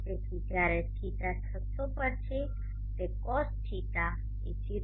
તેથી જ્યારે થિટા 600 પર છે તે cos θ એ 0